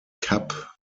kapp